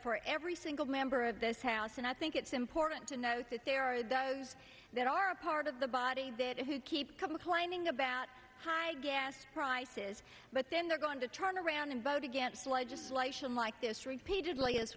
for every single member of this house and i think it's important to note that there are does that are a part of the body that who keep coming whining about high gas prices but then they're going to turn around and vote against legislation like this repeatedly